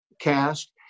cast